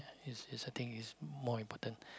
it's it's a thing it's more important